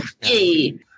Hey